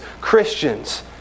Christians